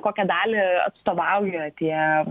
kokią dalį atstovauja tie